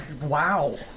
Wow